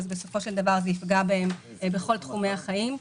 בסופו של דבר זה יפגע בהם בכל תחומי החיים.